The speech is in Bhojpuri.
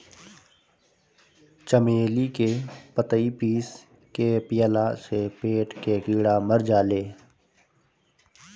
चमेली के पतइ पीस के पियला से पेट के कीड़ा मर जाले